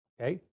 okay